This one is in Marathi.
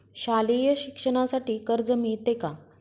शालेय शिक्षणासाठी कर्ज मिळते का?